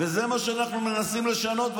וזה מה שאנחנו מנסים לשנות,